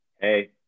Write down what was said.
Hey